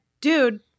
dude